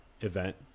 event